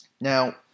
Now